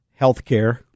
healthcare